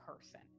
person